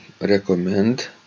recommend